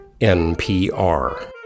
NPR